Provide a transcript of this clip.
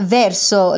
verso